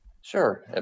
Sure